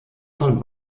vom